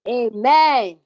amen